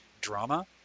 drama